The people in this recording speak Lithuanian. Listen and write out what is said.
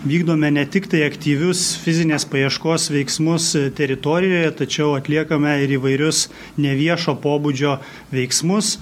vykdome ne tiktai aktyvius fizinės paieškos veiksmus teritorijoje tačiau atliekame ir įvairius neviešo pobūdžio veiksmus